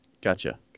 Gotcha